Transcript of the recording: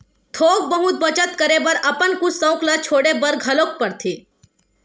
थोक बहुत बचत करे बर अपन कुछ सउख ल छोड़े बर घलोक परथे